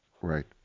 Right